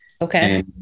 Okay